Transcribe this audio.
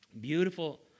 Beautiful